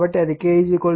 కాబట్టి అది K 1